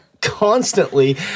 constantly